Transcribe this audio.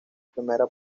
primera